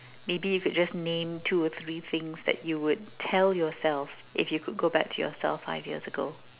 maybe you could just name two or three things that you would tell yourself if you could go back to yourself five years ago